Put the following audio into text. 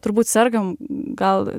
turbūt sergam gal